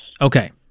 okay